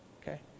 okay